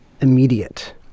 immediate